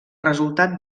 resultat